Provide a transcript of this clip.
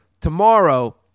tomorrow